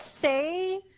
say